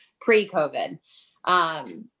pre-COVID